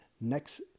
next